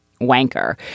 wanker